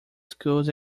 schools